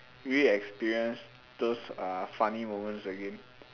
re-experience those ah funny moments again